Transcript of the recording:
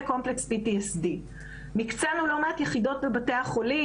Complex PTSD. הקצינו לא מעט יחידות בבתי החולים